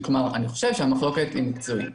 אני חושב שהמחלוקת היא מקצועית.